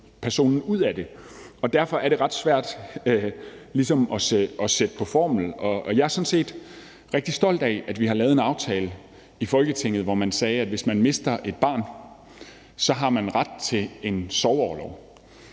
personen ud af det. Derfor er det ret svært ligesom at sætte på formel. Jeg er sådan set rigtig stolt af, at vi har lavet en aftale i Folketinget, hvor man sagde, at hvis man mister et barn, har man ret til en sorgorlov.